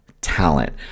talent